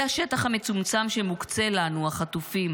זה השטח המצומצם שמוקצה לנו, החטופים,